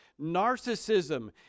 Narcissism